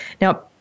Now